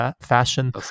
fashion